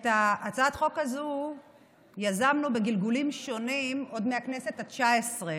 את הצעת החוק הזאת יזמנו בגלגולים שונים עוד מהכנסת התשע-עשרה.